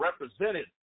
represented